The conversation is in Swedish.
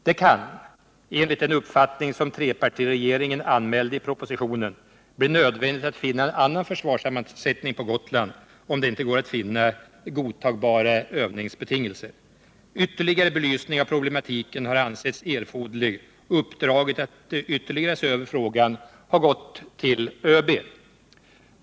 Det kan, enligt den uppfattning som trepartiregeringen anmälde i propositionen, bli nödvändigt att finna en annan försvarssammansättning på Gotland om det inte går att finna godtagbara övningsbetingelser. Ytterligare belysning av problematiken har ansetts erforderlig, och uppdraget att ytterligare se över frågan har gått till ÖB.